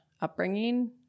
upbringing